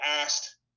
asked